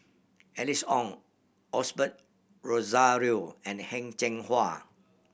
Alice Ong Osbert Rozario and Heng Cheng Hwa